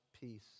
peace